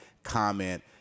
comment